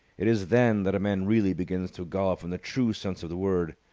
it is then that a man really begins to golf in the true sense of the word.